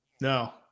No